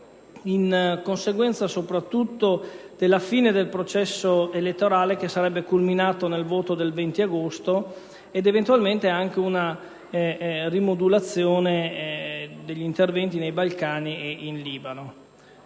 in conseguenza della fine del processo elettorale, che sarebbe culminato nel voto del 20 agosto, ed eventualmente anche una rimodulazione degli interventi dei Balcani e in Libano.